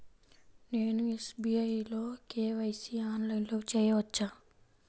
నేను ఎస్.బీ.ఐ లో కే.వై.సి ఆన్లైన్లో చేయవచ్చా?